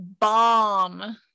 bomb